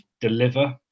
deliver